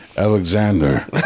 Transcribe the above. Alexander